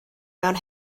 mewn